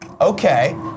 Okay